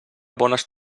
bones